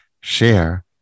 share